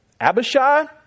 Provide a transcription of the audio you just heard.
Abishai